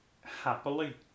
happily